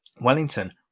Wellington